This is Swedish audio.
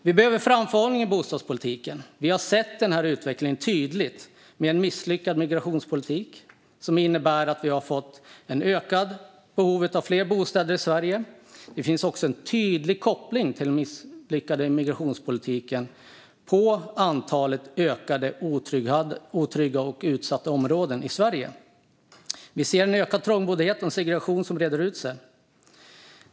Vi behöver framförhållning i bostadspolitiken. Vi har sett den här utvecklingen tydligt. Det har varit en misslyckad migrationspolitik som har inneburit att vi fått ett ökat behov av bostäder i Sverige. Det finns också en tydlig koppling till den misslyckade migrationspolitiken när det gäller antalet otrygga och utsatta områden i Sverige. Vi ser en ökad trångboddhet och en segregation som breder ut sig.